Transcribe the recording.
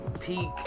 peak